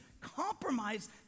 compromise